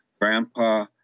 grandpa